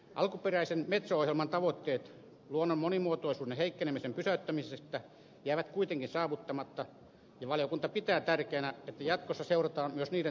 alkuperäisen metso ohjelman tavoitteet luonnon monimuotoisuuden heikkenemisen pysäyttämisestä jäävät kuitenkin saavuttamatta ja valiokunta pitää tärkeänä että jatkossa seurataan myös niiden toteutumista